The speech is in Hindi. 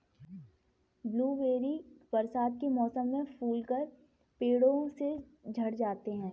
ब्लूबेरी बरसात के मौसम में फूलकर पेड़ों से झड़ जाते हैं